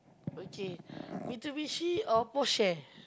okay Mitsubishi or Porsche